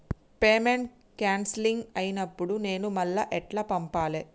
Payment cancel అయినపుడు నేను మళ్ళా ఎట్ల పంపాలే?